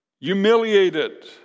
humiliated